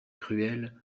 cruels